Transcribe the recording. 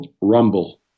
Rumble